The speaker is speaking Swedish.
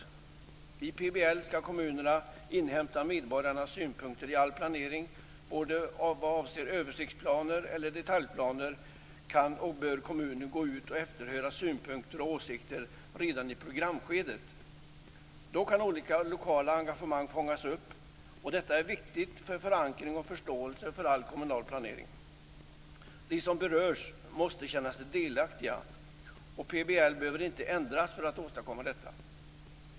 Enligt PBL skall kommunen inhämta medborgarnas synpunkter i all planering. Vad avser både översiktsplaner och detaljplaner kan och bör kommunen gå ut och efterhöra synpunkter och åsikter redan i programskedet. Då kan olika lokala engagemang fångas upp. Detta är viktigt för förankring och förståelse för all kommunal planering. De som berörs måste känna sig delaktiga. PBL behöver inte ändras för att åstadkomma detta.